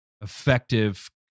effective